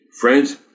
friends